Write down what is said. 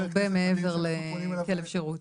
כבר הרבה מעבר לכלב שירות.